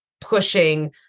pushing